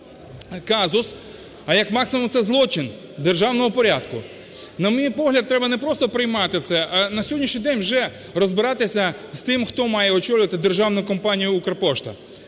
а як максимум - це злочин державного порядку. На мій погляд, треба не просто приймати це, а на сьогоднішній день вже розбиратися з тим, хто має очолювати державну компанію "Укрпошта".